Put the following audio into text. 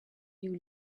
you